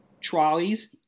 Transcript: trolleys